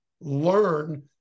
learn